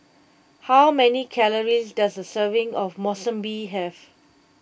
how many calories does a serving of Monsunabe have